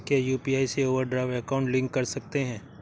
क्या यू.पी.आई से overdraft account link कर सकते हैं?